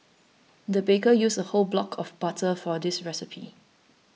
the baker used a whole block of butter for this recipe